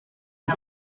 des